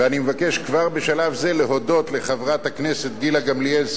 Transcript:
ואני מבקש כבר בשלב זה להודות לחברת הכנסת גילה גמליאל,